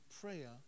prayer